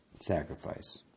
sacrifice